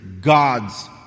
God's